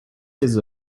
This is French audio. ses